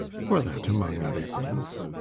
for that among other things.